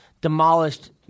demolished